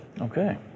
okay